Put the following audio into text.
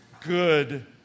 good